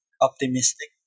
optimistic